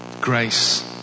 grace